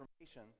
information